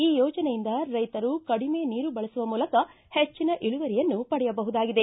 ಈ ಯೋಜನೆಯಿಂದ ರೈತರು ಕಡಿಮೆ ನೀರು ಬಳಸುವ ಮೂಲಕ ಹೆಚ್ಚಿನ ಇಳುವರಿಯನ್ನು ಪಡೆಯಬಹುದಾಗಿದೆ